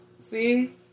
See